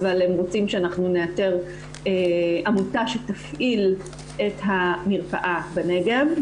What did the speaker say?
אבל הם רוצים שאנחנו נאתר עמותה שתפעיל את המרפאה בנגב,